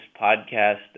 podcast